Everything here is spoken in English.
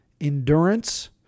Endurance